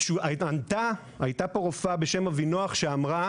הייתה כאן רופאה בשם אבינוח שאמרה